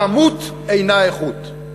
כמות אינה איכות.